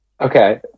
Okay